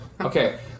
Okay